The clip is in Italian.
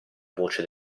voce